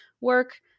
work